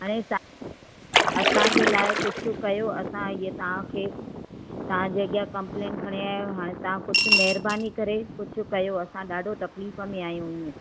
हाणे असांजे लाइ कुझु कयो असां हीअ तव्हांखे तव्हांजे अॻियां कंप्लेन खणी आहियां आहियूं हाणे तव्हां कुझु महिरबानी करे कुझु कयो असां ॾाढो तकलीफ़ में आहियूं हीअं